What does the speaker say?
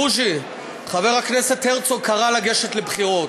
בוז'י, חבר הכנסת הרצוג, קרא לגשת לבחירות.